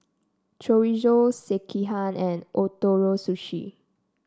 Chorizo Sekihan and Ootoro Sushi